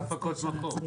מה עם הפקות מקור?